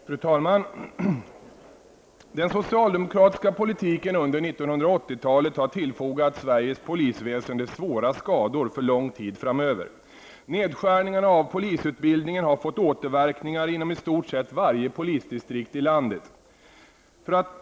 Fru talman! Den socialdemokratiska politiken under 1980-talet har tillfogat Sveriges polisväsende svåra skador för lång tid framöver. Nedskärningarna av polisutbildningen har fått återverkningar inom i stort sett varje polisdistrikt i landet.